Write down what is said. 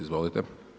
Izvolite.